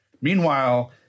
Meanwhile